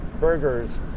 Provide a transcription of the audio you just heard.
Burgers